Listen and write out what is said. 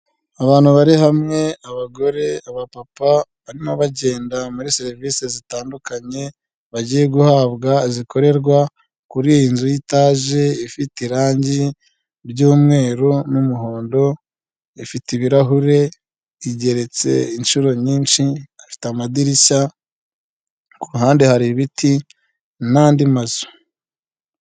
Abantu bari hamwe; abagore, abapapa, barimo bagenda muri serivise zitandukanye bagiye guhabwa, zikorerwa kuri iyi nzu y'itaje, ifite irangi ry'umweru n'umuhondo, ifite ibirahure, igereretse inshuro nyinshi, afite amadirishya, ku ruhande hari ibiti, n'andi mazu.